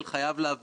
הרגולטור,